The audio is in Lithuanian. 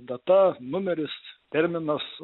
data numeris terminas